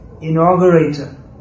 inaugurator